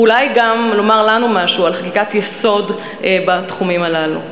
ואולי גם לומר לנו משהו על חקיקת יסוד בתחומים הללו.